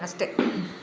ಅಷ್ಟೆ